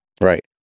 right